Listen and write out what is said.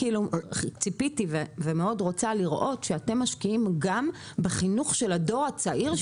ציפיתי ואני רוצה מאוד לראות שאתם משקיעים גם בחינוך של הדור הצעיר.